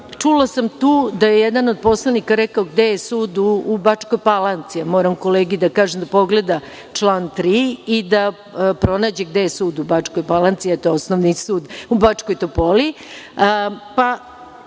Čula sam tu da je jedna od poslanika rekao – gde je sud u Bačkoj Palanci. Moram kolegi da kažem da pogleda član 3. i da pronađe gde je sud u Bačkoj Palanci, a to je Osnovni sud u Bačkoj Topoli.